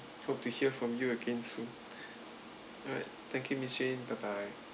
hope to hear from you again soon alright thank you miss jane bye bye